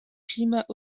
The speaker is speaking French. climat